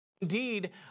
Indeed